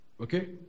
okay